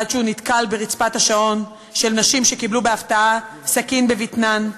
עד שהוא נתקל ברצפת השעון של נשים שקיבלו בהפתעה סכין בבטנן,